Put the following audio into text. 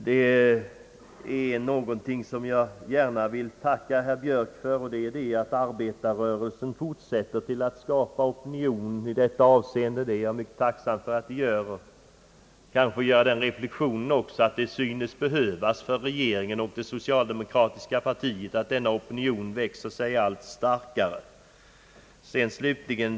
Det är någonting som jag gärna vill tacka herr Björk för, nämligen att arbetarrörelsen fortsätter att skapa opinion för u-landshjälpen. Jag är mycket tacksam för dess arbete och gör kanske också den reflexionen att det för regeringen och det socialdemokratiska partiet är behövligt att denna opinion växer sig allt starkare.